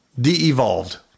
De-evolved